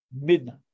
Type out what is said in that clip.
midnight